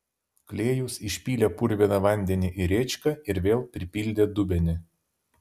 klėjus išpylė purviną vandenį į rėčką ir vėl pripildė dubenį